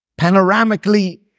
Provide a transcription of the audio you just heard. panoramically